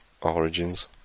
Origins